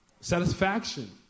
satisfaction